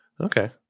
Okay